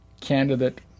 candidate